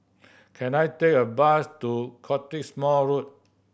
can I take a bus to Cottesmore Road